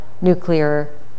nuclear